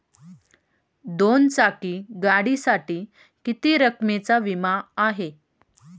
दोन चाकी गाडीसाठी किती रकमेचा विमा आहे?